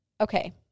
Okay